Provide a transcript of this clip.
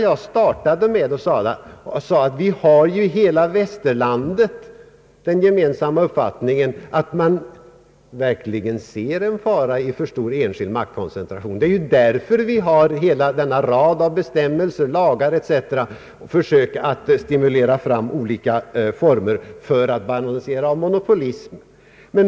Jag började det med att säga alt man i hela västerlandet har den gemensamma uppfattningen att det verkligen är en fara i för stor enskild maktkoncentration. Det är därför vi har hela raden av bestämmelser, lagar etc. i ett försök att stimulera till olika former för motvikt mot monopolism.